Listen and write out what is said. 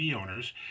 owners